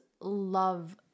love